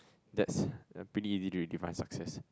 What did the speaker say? that's uh pretty easy to define success